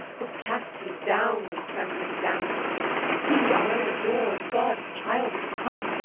oh, cast ye down, ye trembling damsels he, our own adored, god's child hath come,